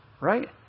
Right